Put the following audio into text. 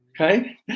Okay